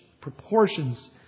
proportions